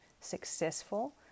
successful